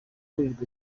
aburirwa